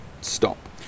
stop